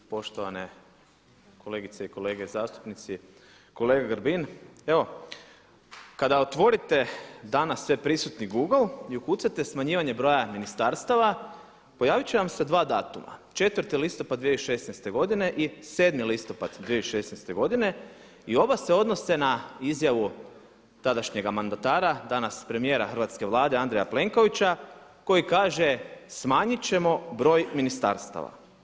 Poštovane kolegice i kolege zastupnici, kolega Grbin evo kada otvorite danas sve prisutni google i ukucate smanjivanje broja ministarstava pojavit će vam se dva datuma 4. listopada 2016. i 7. listopad 2016. godine i oba se odnose na izjavu tadašnjega mandatara danas premijera Hrvatske vlade Andreja Plenkovića koji kaže smanjit ćemo broj ministarstava.